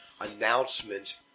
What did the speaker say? announcement